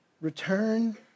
Return